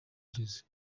ugeze